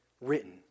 written